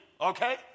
okay